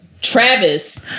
Travis